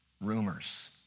rumors